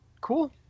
Cool